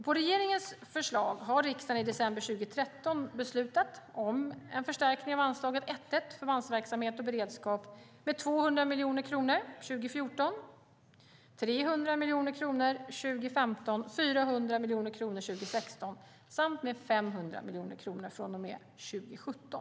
På regeringens förslag har riksdagen i december 2013 beslutat om en förstärkning av anslaget 1:1 Förbandsverksamhet och beredskap med 200 miljoner kronor under 2014, 300 miljoner kronor 2015, 400 miljoner kronor 2016 samt med 500 miljoner kronor från och med 2017 (prop. 2013/14:1 utg.omr.